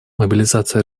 мобилизация